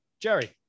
Jerry